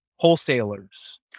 Wholesalers